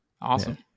awesome